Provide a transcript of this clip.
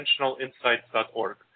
intentionalinsights.org